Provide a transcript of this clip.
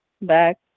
back